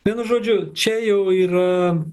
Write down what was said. vienu žodžiu čia jau yra